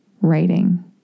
writing